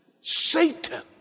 satan